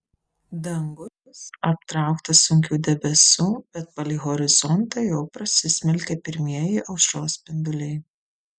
dangus aptrauktas sunkių debesų bet palei horizontą jau prasismelkė pirmieji aušros spinduliai